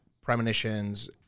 premonitions